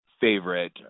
favorite